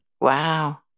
Wow